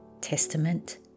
testament